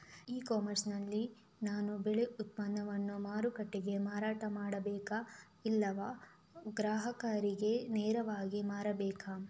E commerce ನಲ್ಲಿ ನಾನು ಬೆಳೆ ಉತ್ಪನ್ನವನ್ನು ಮಾರುಕಟ್ಟೆಗೆ ಮಾರಾಟ ಮಾಡಬೇಕಾ ಇಲ್ಲವಾ ಗ್ರಾಹಕರಿಗೆ ನೇರವಾಗಿ ಮಾರಬೇಕಾ?